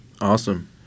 Awesome